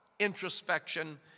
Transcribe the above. introspection